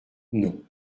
non